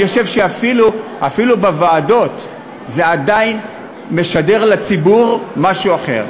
אני חושב שאפילו בוועדות זה עדיין משדר לציבור משהו אחר.